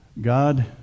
God